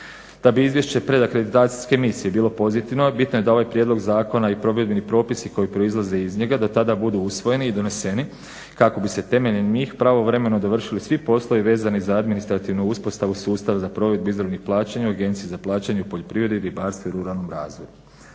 Da bi izvješće … akreditacijske misije bilo pozitivno bitno je da ovaj prijedlog zakona i provedbeni propisi koji proizlaze iz njega do tada budu usvojeni i doneseni kako bi se temeljem njih pravovremeno dovršili svi poslovi vezani za administrativnu uspostavu sustava za provedbu izravnih plaćanja u agenciji za plaćanje u poljoprivredi, ribarstvu i ruralnom razvoju.